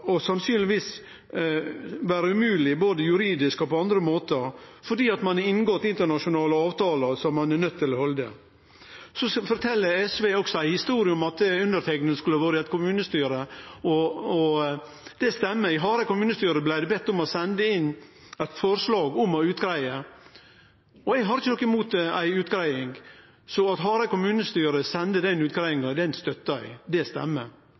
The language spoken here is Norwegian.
og sannsynlegvis vere umogleg både juridisk og på andre måtar, fordi ein har inngått internasjonale avtalar som ein er nøydd til å halde. Så fortel SV ei historie om at underteikna skulle ha vore i eit kommunestyre. Det stemmer. I Hareid kommunestyre blei det bedt om å sende inn eit forslag om ei utgreiing. Eg har ikkje noko imot ei utgreiing. At Hareid kommunestyre sender inn eit forslag om ei utgreiing, støttar eg – det stemmer